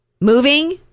moving